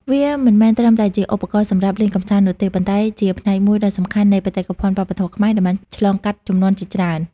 វាមិនមែនត្រឹមតែជាឧបករណ៍សម្រាប់លេងកម្សាន្តនោះទេ ប៉ុន្តែជាផ្នែកមួយដ៏សំខាន់នៃ បេតិកភណ្ឌវប្បធម៌ខ្មែរ ដែលបានឆ្លងកាត់ជំនាន់ជាច្រើន។